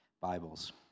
Bibles